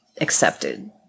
accepted